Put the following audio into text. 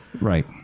Right